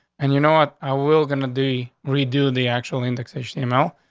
and you know what? i will gonna de redo the actual indexation email.